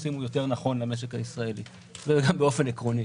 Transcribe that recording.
עושים יותר נכון למשק הישראלי באופן עקרוני.